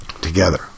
together